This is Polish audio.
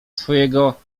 twojego